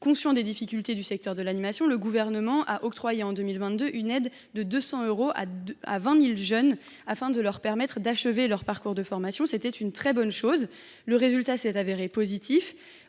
Conscient des difficultés du secteur de l’animation, le Gouvernement a octroyé en 2022 une aide de 200 euros à 20 000 jeunes afin de leur permettre d’achever leur parcours de formation. Ce fut une très bonne chose. Le résultat s’est révélé positif